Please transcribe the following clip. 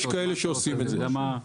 יש כאלה שעושים את זה.